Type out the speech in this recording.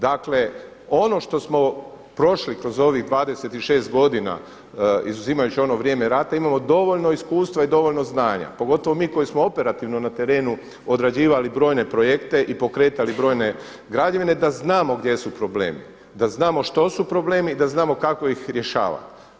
Dakle, ono što smo prošli kroz ovih 26 godina izuzimajući ono vrijeme rata imamo dovoljno iskustva i dovoljno znanja pogotovo mi koji smo operativno na terenu odrađivali brojne projekte i pokretali brojne građevine da znamo gdje su problemi, da znamo što su problemi i da znamo kako ih rješava.